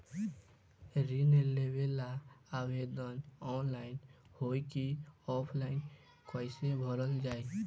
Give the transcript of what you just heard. ऋण लेवेला आवेदन ऑनलाइन होई की ऑफलाइन कइसे भरल जाई?